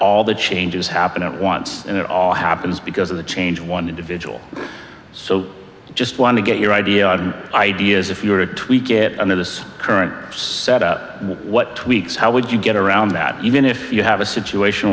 all the changes happen at once and it all happens because of the change one individual so i just want to get your idea on ideas if you were to tweak it under this current set up what tweaks how would you get around that even if you have a situation